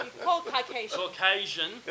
Caucasian